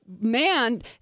man